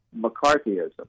McCarthyism